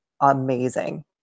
amazing